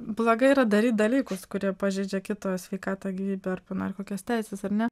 blogai yra daryt dalykus kurie pažeidžia kito sveikatą gyvybę ir pana kokios teisės ar ne